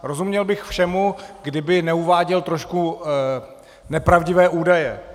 Rozuměl bych všemu, kdyby neuváděl trošku nepravdivé údaje.